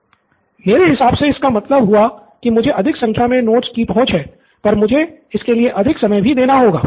सिद्धार्थ मेरे हिसाब से इसका मतलब हुआ कि मुझे अधिक संख्या में नोट्स की पहुँच है पर मुझे इसके लिए अधिक समय भी देना होगा